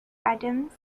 adams